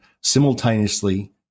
simultaneously